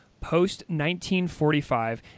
post-1945